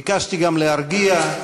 ביקשתי גם להרגיע,